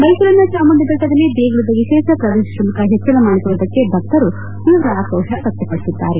ಮೈಸೂರಿನ ಚಾಮುಂಡಿಬೆಟ್ಟದಲ್ಲಿ ದೇಗುಲದ ವಿಶೇಷ ಪ್ರವೇಶಶುಲ್ತ ಹೆಚ್ಚಳ ಮಾಡಿರುವುದಕ್ಕೆ ಭಕ್ತರು ತೀವ್ರ ಆಕ್ರೋಶ ವ್ಯಕ್ತಪಡಿಸಿದ್ದಾರೆ